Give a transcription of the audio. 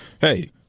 hey